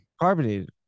carbonated